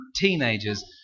teenagers